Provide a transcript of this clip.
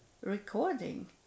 recording